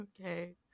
Okay